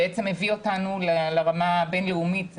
זה בעצם הביא אותנו לרמה הבין-לאומית,